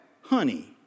honey